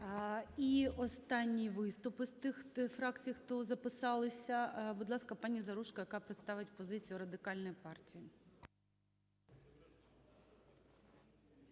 І останній виступ із тих фракцій, хто записався. Будь ласка, пані Заружко, яка представить позицію Радикальної партії.